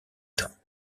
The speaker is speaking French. temps